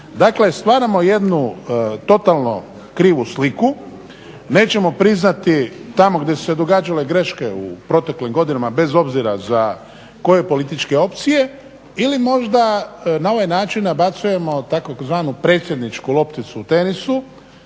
stvaramo jednu totalno krivu sliku, nećemo priznati tamo gdje su se događale greške u proteklim godinama bez obzira za koje političke opcije ili možda na ovaj način nabacujemo tzv. predsjedničku lopticu u tenisu